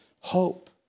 hope